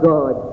God